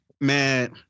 Man